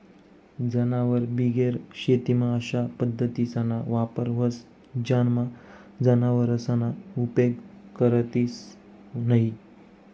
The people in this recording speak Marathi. जनावरबिगेर शेतीमा अशा पद्धतीसना वापर व्हस ज्यानामा जनावरसना उपेग करतंस न्हयी